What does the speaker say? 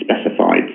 specified